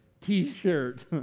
T-shirt